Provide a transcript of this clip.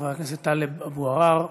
חבר הכנסת טלב אבו עראר.